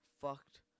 fucked